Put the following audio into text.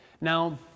Now